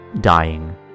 dying